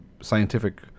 scientific